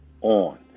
on